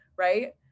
right